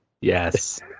Yes